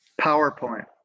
PowerPoint